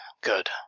Good